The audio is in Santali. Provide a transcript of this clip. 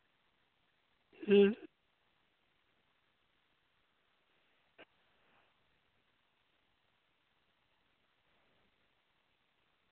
ᱦᱮᱸ